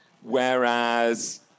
whereas